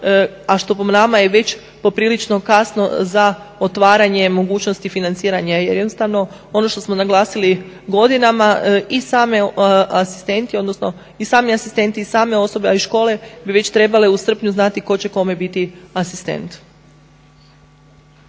a što po nama je već po prilično kasno za otvaranje mogućnosti financiranja jer jednostavno ono što smo naglasili godinama i sami asistenti, odnosno i sami asistenti i same osobe a i škole bi već trebale u srpnju znati tko će kome biti asistent.